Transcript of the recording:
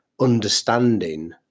understanding